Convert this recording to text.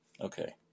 Okay